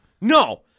No